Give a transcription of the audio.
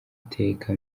iteka